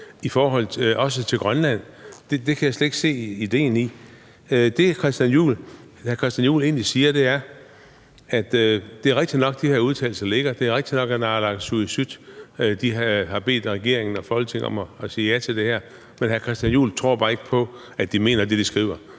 også hvad angår Grønland? Det kan jeg slet ikke se ideen i. Det, hr. Christian Juhl siger, er egentlig, at det er rigtigt nok, at de her udtalelser foreligger, og det er rigtigt nok, at naalakkersuisut har bedt regeringen og Folketinget om at sige ja til det her, men hr. Christian Juhl tror bare ikke på, at de mener det, de skriver,